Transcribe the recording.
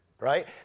right